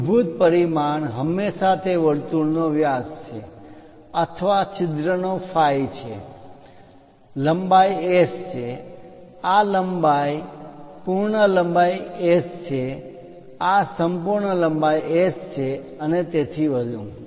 મૂળભૂત પરિમાણ હંમેશા તે વર્તુળનો વ્યાસ છે અથવા છિદ્રનો phi છે લંબાઈ S છે આ લંબાઈ પૂર્ણ લંબાઈ S છે આ સંપૂર્ણ લંબાઈ S છે અને તેથી વધુ